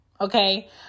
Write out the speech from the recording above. Okay